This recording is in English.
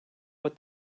what